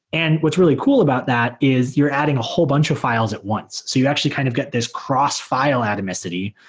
and what's really cool about that is you're adding a whole bunch of files at once. so you actually kind of get this cross file atomicity,